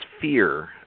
fear